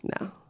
No